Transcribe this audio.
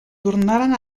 tornaren